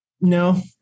No